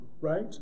right